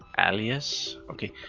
alias. okay,